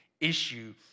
issue